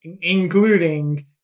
including